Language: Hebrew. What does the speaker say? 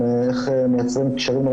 האם יש בעיה עם מכרז מסוים?